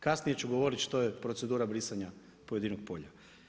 Kasnije ću govoriti što je procedura brisanja pojedinog polja.